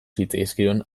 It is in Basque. zitzaizkion